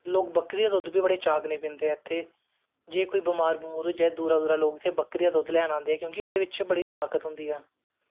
लोग बकरी दी दुध्द बी बड़े चाऽ कन्नैं पींदे ऐं ते जे कोई बमार बमूर होई जा लोग दूरा दूरा दा इत्थें बकरी दी लैन आंदे ऐं क्योंकि ओह्दे बिच्च बड़ी ताकत होंदी ऐ